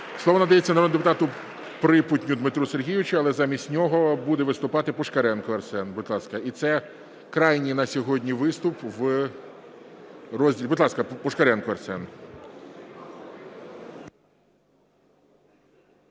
Слово надається народному депутату Припутню Дмитру Сергійовичу, але замість нього буде виступати Пушкаренко Арсен. Будь ласка. І це крайній на сьогодні виступ в розділі... Будь ласка, Пушкаренко Арсен.